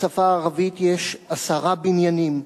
בשפה הערבית יש עשרה בניינים,